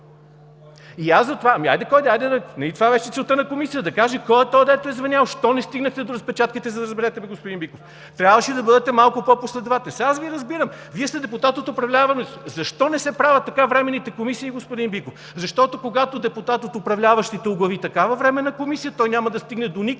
„Кой е?“) Хайде де, кой е?! Хайде, нали това беше целта на Комисията, да каже кой е този, дето е звънял? Що не стигнахте до разпечатките, за да разберете бе, господин Биков? Трябваше да бъдете малко по-последователен. Сега аз Ви разбирам: Вие сте депутат от управляващите. Защо не се правят така временните комисии, господин Биков? Защото, когато депутат от управляващите оглави такава временна комисия, той няма да стигне доникъде,